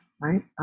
right